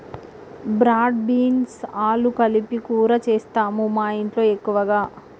broad beans ఆలు కలిపి కూర చేస్తాము మాఇంట్లో ఎక్కువగా